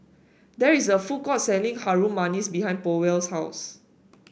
there is a food court selling Harum Manis behind Powell's house